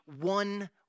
one